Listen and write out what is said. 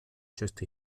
just